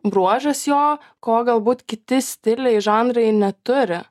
bruožas jo ko galbūt kiti stiliai žanrai neturi